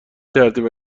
ترتیب